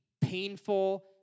painful